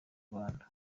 rwanda